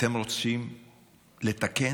אתם רוצים לתקן?